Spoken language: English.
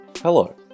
Hello